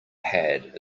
pad